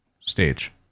stage